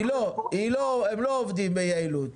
הם לא עובדים ביעילות.